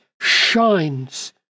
shines